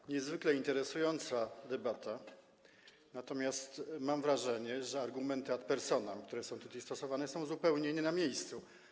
To niezwykle interesująca debata, natomiast mam wrażenie, że argumenty ad personam, które są tutaj stosowane, są zupełnie nie na miejscu.